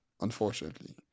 unfortunately